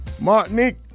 Martinique